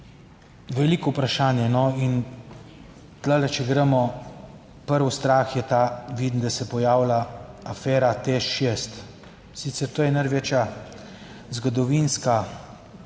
Veliko vprašanje in tu, če gremo prvi strah je ta, vidim, da se pojavlja afera TEŠ6, sicer to je največja zgodovinska kraja